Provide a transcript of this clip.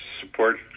support